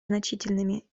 значительными